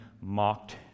mocked